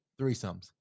threesomes